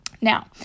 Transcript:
Now